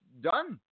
done